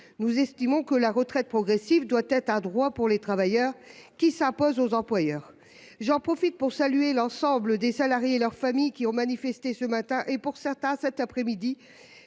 Nous estimons que la retraite progressive doit être, pour les travailleurs, un droit qui s'impose aux employeurs. J'en profite pour saluer l'ensemble des salariés et leurs familles qui ont manifesté, pour certains ce matin